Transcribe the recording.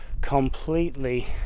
completely